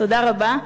תודה רבה.